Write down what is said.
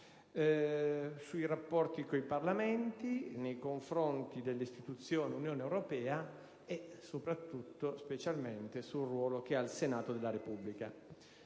sui rapporti con i Parlamenti nei confronti delle istituzioni dell'Unione europea e, soprattutto e specialmente, sul ruolo che ha il Senato della Repubblica.